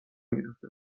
گرفته